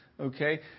Okay